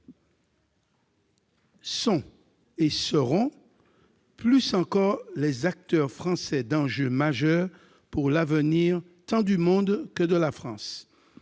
sont et seront plus encore les acteurs français d'enjeux majeurs pour l'avenir tant du monde que de la France.